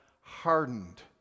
hardened